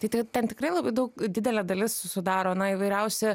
tai t ten tikrai labai daug didelė dalis sudaro na įvairiausi